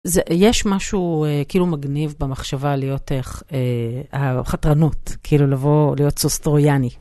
זה יש משהו כאילו מגניב במחשבה להיות חתרנות, כאילו לבוא, להיות סוס טרואיאני.